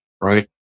right